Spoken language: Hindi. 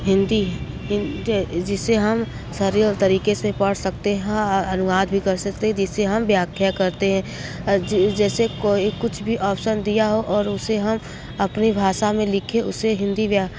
हिंदी हिंदे जिसे हम सरल तरीके से पढ़ सकते हैं अनुवाद भी कर सकते हैं जिसे हम व्याख्या कहते हैं जैसे कोई कुछ भी ऑप्सन दिया हो और उसे हम अपनी भाषा में लिखे उसे हिंदी व्या